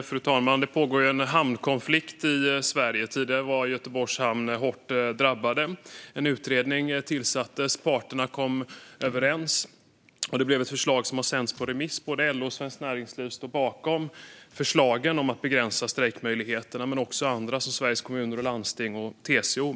Fru talman! Det pågår en hamnkonflikt i Sverige. Tidigare var Göteborgs hamn hårt drabbad. En utredning tillsattes. Parterna kom överens. Det lades fram ett förslag som har sänts på remiss. Både LO och Svenskt Näringsliv, men också bland annat Sveriges Kommuner och Landsting och TCO, står bakom förslagen om att begränsa strejkmöjligheterna.